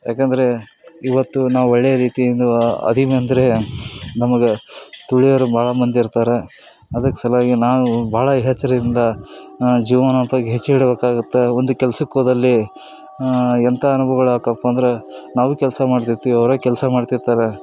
ಯಾಕೆಂದರೆ ಇವತ್ತು ನಾವು ಒಳ್ಳೆಯ ರೀತಿಯಿಂದಲೂ ಅದೀವಿ ಅಂದರೆ ನಮಗೆ ತುಳಿಯೋರು ಭಾಳ ಮಂದಿ ಇರ್ತಾರೆ ಅದಕ್ಕೆ ಸಲುವಾಗಿ ನಾವು ಭಾಳ ಹೆಚ್ರಿಂದ ನಮ್ಮ ಜೀವನೋಪಾಯಕ್ಕೆ ಹೆಚ್ಚಿಡಬೇಕಾಗುತ್ತೆ ಒಂದು ಕೆಲ್ಸಕ್ಕೆ ಹೋದಲ್ಲಿ ಎಂಥ ಅನುಭವಗಳಾಕಪ್ಪಂದ್ರೆ ನಾವು ಕೆಲಸ ಮಾಡ್ತಿರ್ತೀವಿ ಅವರು ಕೆಲಸ ಮಾಡ್ತಿರ್ತಾರೆ